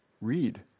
Read